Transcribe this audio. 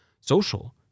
social